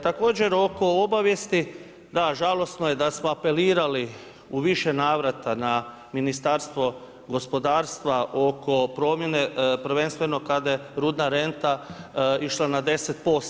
Također oko obavijesti da, žalosno je da smo apelirali u više navrata na Ministarstvo gospodarstva oko promjene prvenstveno kada je rudna renta išla na 10%